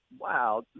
wow